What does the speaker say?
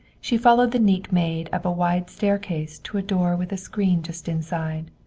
she followed the neat maid up a wide staircase to a door with a screen just inside,